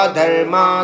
dharma